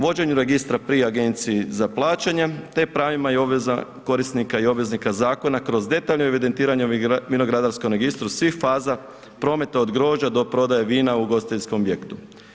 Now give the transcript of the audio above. Vođenju registra pri Agenciji za plaćanje, te pravima i obvezama korisnika i obveznika zakona kroz detaljno evidentiranje u vinogradarskom registru svih faza prometa od grožđa do prodaje vina u ugostiteljskom objektu.